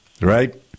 right